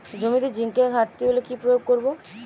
জমিতে জিঙ্কের ঘাটতি হলে কি প্রয়োগ করব?